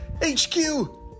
HQ